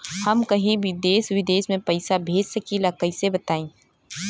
हम कहीं भी देश विदेश में पैसा भेज सकीला कईसे बताई?